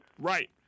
Right